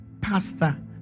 pastor